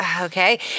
okay